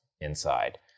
inside